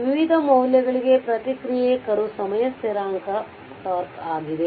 ವಿವಿಧ ಮೌಲ್ಯಗಳಿಗೆ ಪ್ರತಿಕ್ರಿಯೆ ಕರ್ವ್ ಸಮಯ ಸ್ಥಿರಾಂಕ τ ಆಗಿದೆ